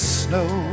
snow